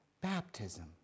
baptism